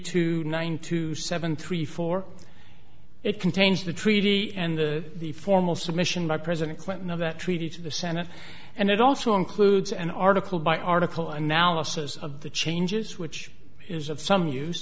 two nine two seven three four it contains the treaty and the formal submission by president clinton of that treaty to the senate and it also includes an article by article analysis of the changes which is of some use